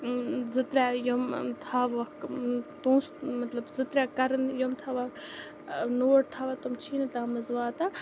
زٕ ترٛےٚ یِم تھاوَکھ پونٛسہٕ مطلب زٕ ترٛےٚ کَرَن یِم تھاوَکھ نوٹ تھاوان تِم چھی نہٕ تَتھ منٛز واتان